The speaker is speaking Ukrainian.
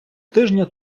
тижня